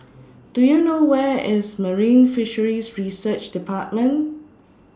Do YOU know Where IS Marine Fisheries Research department